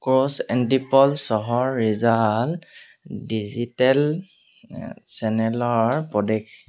cruise Antipolo চহৰ Rizal digital চেনেলৰ প্ৰদেশ